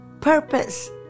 purpose